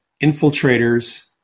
infiltrators